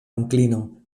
onklino